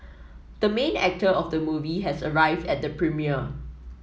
the main actor of the movie has arrived at the premiere